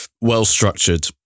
well-structured